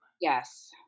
Yes